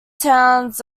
towns